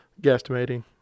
guesstimating